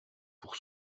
pour